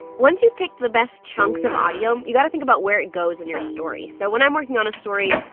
once you've picked the best chunks of audio, you got to think about where it goes in your story. so when i'm working on a story,